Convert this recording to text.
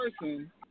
person